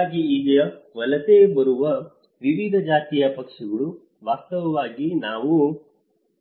ಹಾಗಾಗಿ ಈಗ ವಲಸೆ ಬರುವ ವಿವಿಧ ಜಾತಿಯ ಪಕ್ಷಿಗಳು ವಾಸ್ತವವಾಗಿ ನೀವು